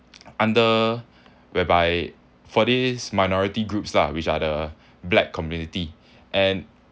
under whereby for these minority groups lah which are the black community and